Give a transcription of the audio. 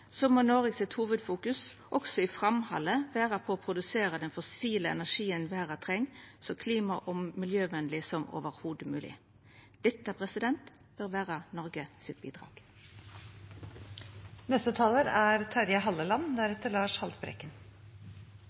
må Noreg også i framhaldet ha som hovudfokus å produsera den fossile energien verda treng, så klima- og miljøvenleg som i det heile mogleg. Dette bør vera